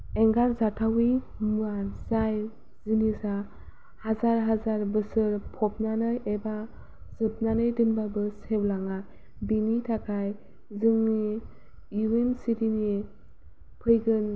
एंगार जाथावै मुवा जाय जिनिसा हाजार हाजार बोसोर फबनानै एबा जोबनानै दोनब्लाबो सेवलाङा बिनि थाखाय जोंनि इयुन सिरिनि फैगोन